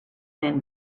man